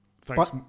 Thanks